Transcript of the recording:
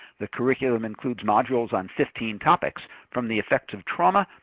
the curriculum includes modules on fifteen topics, from the effects of trauma,